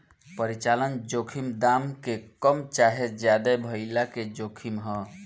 परिचालन जोखिम दाम के कम चाहे ज्यादे भाइला के जोखिम ह